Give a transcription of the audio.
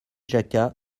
jacquat